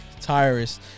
Tyrus